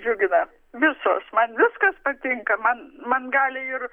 džiugina visos man viskas patinka man man gali ir